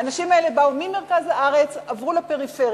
האנשים האלה באו ממרכז הארץ, עברו לפריפריה.